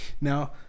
Now